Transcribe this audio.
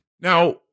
Now